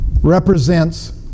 represents